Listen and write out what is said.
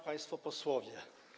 Państwo Posłowie!